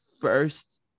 first